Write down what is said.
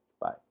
Bye